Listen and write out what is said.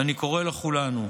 ואני קורא לכולנו,